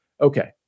Okay